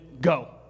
go